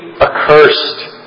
accursed